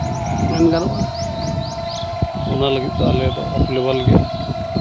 ᱢᱮᱱ ᱜᱟᱱᱚᱜᱼᱟ ᱚᱱᱟ ᱞᱟᱹᱜᱤᱫ ᱫᱚ ᱟᱞᱮ ᱫᱚ ᱞᱮᱵᱷᱮᱞ ᱜᱮ